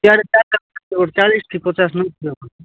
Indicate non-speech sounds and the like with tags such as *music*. *unintelligible* ଚାଳିଶି କି ପଚାଶ *unintelligible*